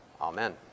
Amen